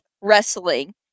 wrestling